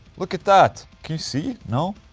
look at that, can you see? no?